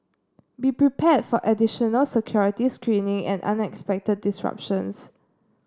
be prepared for additional security screening and unexpected disruptions